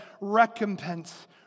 recompense